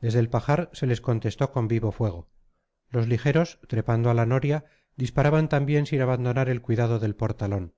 desde el pajar se les contestó con vivo fuego los ligeros trepando a la noria disparaban también sin abandonar el cuidado del portalón